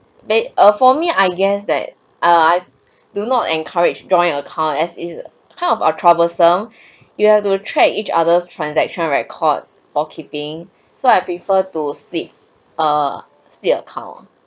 but uh for me I guess that err do not encourage joining account as a kind of are troublesome you have to track each other's transaction record or keeping so I prefer to split err split account